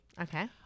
Okay